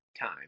time